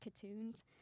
cartoons